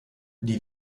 die